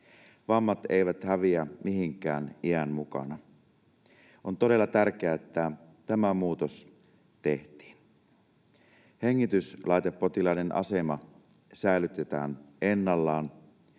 Vammat eivät häviä mihinkään iän mukana. On todella tärkeää, että tämä muutos tehtiin. Hengityslaitepotilaiden asema säilytetään ennallaan.